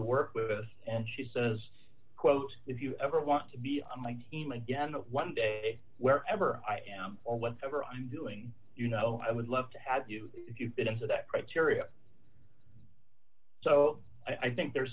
to work with and she says quote if you ever want to be on my team again one day wherever i am or what ever i'm doing you know i would love to have you if you fit into that criteria so i think there